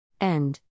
End